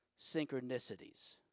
synchronicities